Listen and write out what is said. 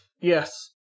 Yes